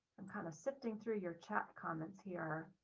and kind of sifting through your chat comments here.